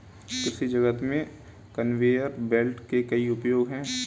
कृषि जगत में कन्वेयर बेल्ट के कई उपयोग हैं